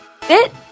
FIT